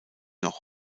noch